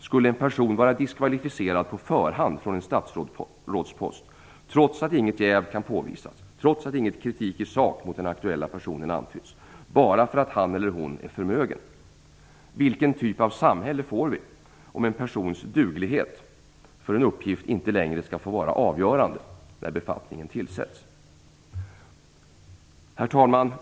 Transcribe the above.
Skulle en person vara diskvalificerad på förhand från en statsrådspost, trots att inget jäv kan påvisas och trots att ingen kritik i sak mot den aktuella personen antytts men bara därför att han eller hon är förmögen? Vilken typ av samhälle får vi, om en persons duglighet för en uppgift inte längre skall få vara avgörande när befattningen tillsätts? Herr talman!